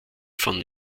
von